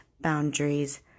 Boundaries